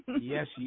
Yes